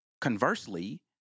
Conversely